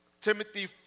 Timothy